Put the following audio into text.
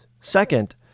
Second